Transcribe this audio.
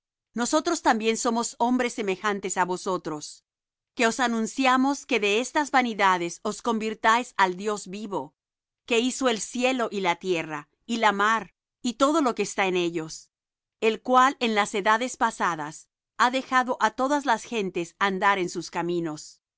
nosotros también somos hombres semejantes á vosotros que os anunciamos que de estas vanidades os convirtáis al dios vivo que hizo el cielo y la tierra y la mar y todo lo que está en ellos el cual en las edades pasadas ha dejado á todas las gentes andar en sus caminos